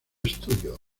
estudio